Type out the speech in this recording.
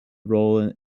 role